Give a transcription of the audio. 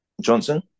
Johnson